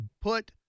put